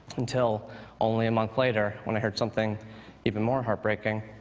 until only a month later, when i heard something even more heartbreaking.